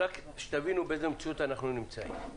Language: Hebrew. שתבינו באיזו מציאות אנחנו נמצאים.